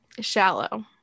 Shallow